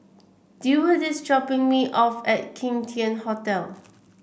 Deward is dropping me off at Kim Tian Hotel